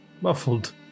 muffled